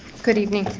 good evening.